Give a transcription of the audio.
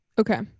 okay